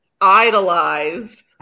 idolized